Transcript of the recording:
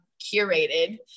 curated